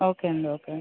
okay అండి okay